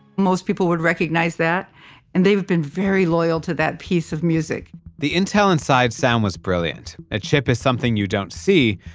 most people would recognize that and they've been very loyal to that piece of music the intel inside sound was brilliant, a chip is something you don't see,